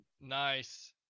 Nice